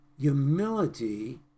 humility